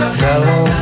fellow